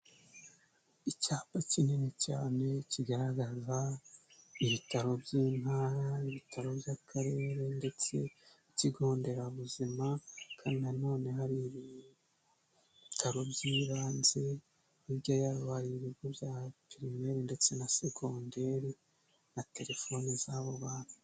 Icyapa kinini cyane kigaragaza ibitaro by'intara, ibitaro by'akarere ndetse n'ikigo nderabuzima, kandi nanone hari ibitaro by'ibanze, hirya yaho hari ibigo bya primaire ndetse na secondaire, na telefoni z'abo bantu.